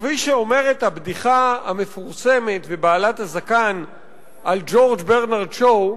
וכפי שאומרת הבדיחה המפורסמת ובעלת הזקן על ג'ורג' ברנרד שו: